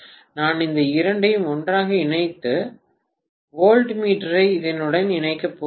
எனவே நான் இந்த இரண்டையும் ஒன்றாக இணைத்து வோல்ட்மீட்டரை இதனுடன் இணைக்கப் போகிறேன்